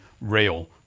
rail